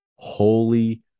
Holy